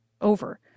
over